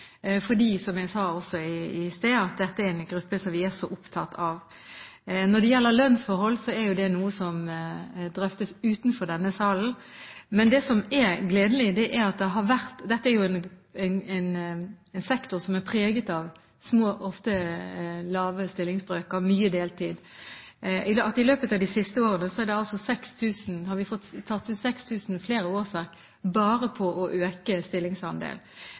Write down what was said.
fordi – som jeg også sa i stad – at dette er en gruppe vi er veldig opptatt av. Når det gjelder lønnsforhold, er jo det noe som drøftes utenfor denne salen. Dette er en sektor som er preget av små og ofte lave stillingsbrøker og mye deltid, derfor er det gledelig at vi i løpet av de siste årene har fått 6 000 flere årsverk bare ved å øke